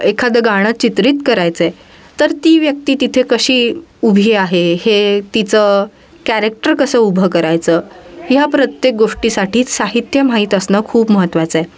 एखादं गाणं चित्रित करायचं आहे तर ती व्यक्ती तिथे कशी उभी आहे हे तिचं कॅरेक्टर कसं उभं करायचं ह्या प्रत्येक गोष्टीसाठी साहित्य माहीत असणं खूप महत्त्वाचं आहे